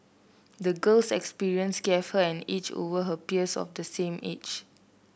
the girl's experiences gave her an edge over her peers of the same age